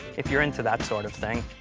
if you're into that sort of thing.